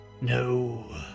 No